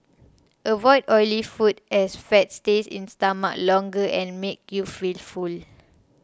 avoid oily foods as fat stays in stomach longer and makes you feel full